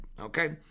Okay